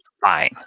fine